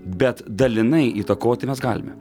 bet dalinai įtakoti mes galime